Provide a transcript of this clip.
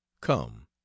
come